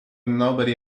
nobody